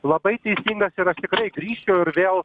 labai teisingas ir aš tikrai grįščiau ir vėl